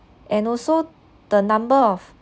and also the number of